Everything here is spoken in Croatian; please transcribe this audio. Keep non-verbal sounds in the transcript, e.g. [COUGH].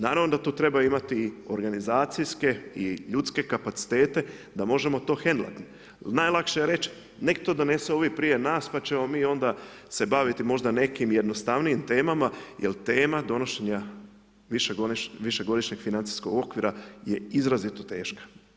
Naravno da tu treba imati i organizacijske i ljudske kapacitete da možemo to … [UNINTELLIGIBLE] Najlakše je reći nek to donesu ovi prije nas, pa ćemo onda se baviti možda nekim jednostavnijim temama jer tema donošenja višegodišnjeg financijskog okvira je izrazito teška.